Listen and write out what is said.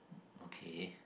okay